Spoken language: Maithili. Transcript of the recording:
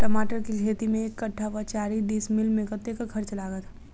टमाटर केँ खेती मे एक कट्ठा वा चारि डीसमील मे कतेक खर्च लागत?